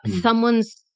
someone's